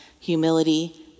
humility